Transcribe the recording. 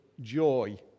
joy